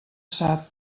sap